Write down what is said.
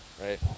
Right